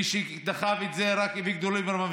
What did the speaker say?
מי שדחף את זה זה רק אביגדור ליברמן,